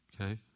okay